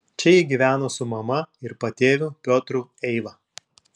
čia ji gyveno su mama ir patėviu piotru eiva